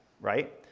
right